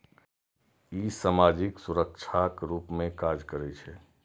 ई सामाजिक सुरक्षाक रूप मे काज करै छै